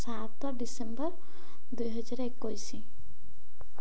ସାତ ଡିସେମ୍ବର ଦୁଇ ହଜାର ଏକୋଇଶି